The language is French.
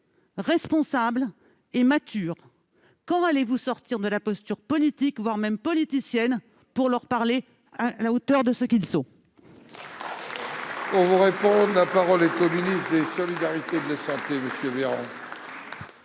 responsable et mature. Quand allez-vous sortir de la posture politique, voire politicienne, pour leur parler à la hauteur de ce qu'ils sont ?